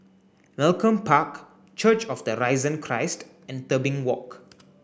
Malcolm Park Church of the Risen Christ and Tebing Walk